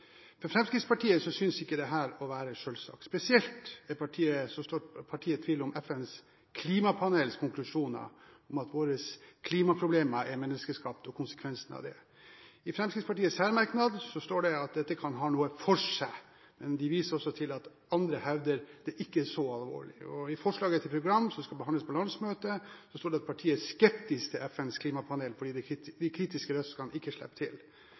For Fremskrittspartiet synes ikke dette å være selvsagt. Spesielt sår partiet tvil om FNs klimapanels konklusjoner om at våre klimaproblemer er menneskeskapt og konsekvensen av det. I Fremskrittspartiets særmerknad står det at dette kan ha noe for seg, men de viser også til at andre hevder det ikke er så alvorlig. I forslaget til program som skal behandles på landsmøtet, står det at partiet er skeptisk til FNs klimapanel fordi de kritiske røstene ikke slipper til.